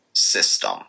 System